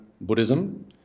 Buddhism